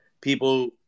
people